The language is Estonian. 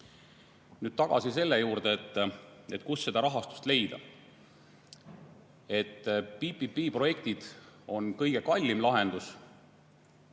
Nüüd tagasi selle juurde, kust seda rahastust leida. PPP‑projektid on kõige kallim lahendus